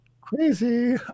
crazy